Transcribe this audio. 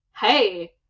hey